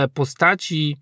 postaci